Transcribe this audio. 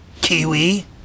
Kiwi